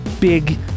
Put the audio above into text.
Big